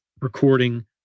recording